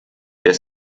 der